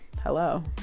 hello